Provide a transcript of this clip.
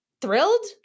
thrilled